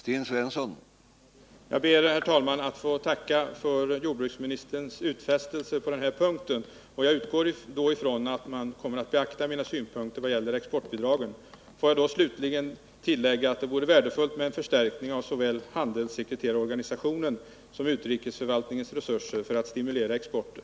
Herr talman! Jag ber att få tacka för jordbruksministerns utfästelse på den här punkten. Jag utgår då från att man kommer att iaktta mina synpunkter i vad gäller exportbidragen. Låt mig slutligen tillägga att det vore värdefullt med en förstärkning av såväl handelssekreterarorganisationen som utrikesförvaltningens resurser för att stimulera exporten.